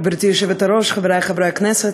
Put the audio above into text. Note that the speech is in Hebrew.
גברתי היושבת-ראש, חברי חברי הכנסת,